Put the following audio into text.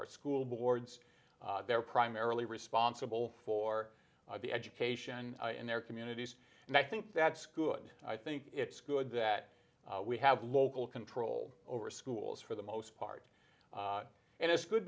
our school boards they're primarily responsible for the education in their communities and i think that's good i think it's good that we have local control over schools for the most part and it's good